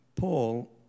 Paul